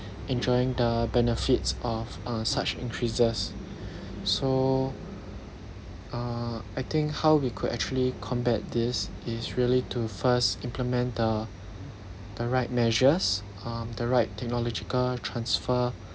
enjoying the benefits of uh such increases so uh I think how we could actually combat this is really to first implement the the right measures um the right technological transfer